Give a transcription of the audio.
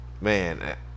man